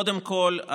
קודם כול,